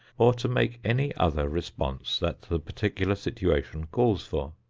or to make any other response that the particular situation calls for.